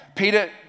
Peter